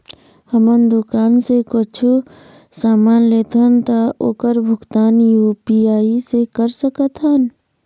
हमन दुकान से कुछू समान लेथन ता ओकर भुगतान यू.पी.आई से कर सकथन?